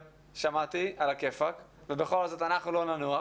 שמעתי, ובכל זאת אנחנו לא ננוח